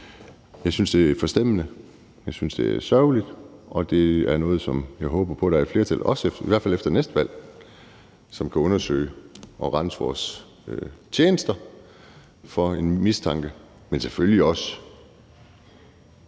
Jeg synes, det er forstemmende; jeg synes, det er sørgeligt. Og jeg håber på, at der er et flertal – i hvert fald efter næste valg – som kan undersøge sagen og rense vores tjenester for en mistanke; men selvfølgelig også